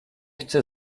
chcę